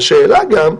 והשאלה גם,